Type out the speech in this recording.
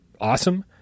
awesome